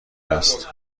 است